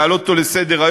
להעלות אותו לסדר-היום,